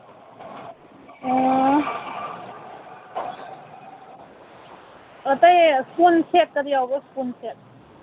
ꯑꯣ ꯑꯇꯩ ꯀꯣꯟ ꯁꯦꯠꯀꯗꯤ ꯌꯥꯎꯕ꯭ꯔꯥ ꯀꯣꯟ ꯁꯦꯠ